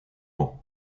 ans